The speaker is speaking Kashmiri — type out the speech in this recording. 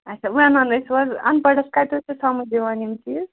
اَچھا وَنان ٲسِو حظ اَن پڑس کَتہِ حظ چھِ سَمٕجھ یِوان یِم چیٖز